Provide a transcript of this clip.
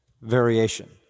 variation